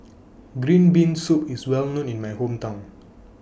Green Bean Soup IS Well known in My Hometown